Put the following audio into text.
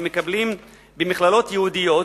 הם מקבלים במכללות יהודיות